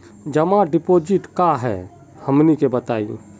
जमा डिपोजिट का हे हमनी के बताई?